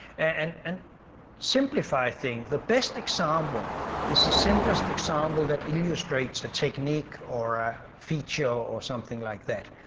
and and simplify things. the best example is the simplest example that illustrates a technique or a feature or something like that,